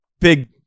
big